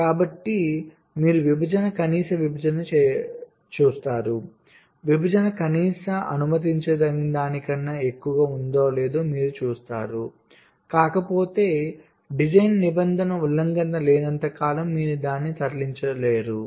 కాబట్టి మీరు విభజన కనీస విభజనను చూస్తారు విభజన కనీస అనుమతించదగినదానికన్నా ఎక్కువగా ఉందో లేదో మీరు చూస్తారు కాకపోతే డిజైన్ నిబంధన ఉల్లంఘన లేనంత కాలం మీరు దానిని తరలించలేరు